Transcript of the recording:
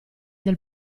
del